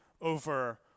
over